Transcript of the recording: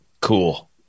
cool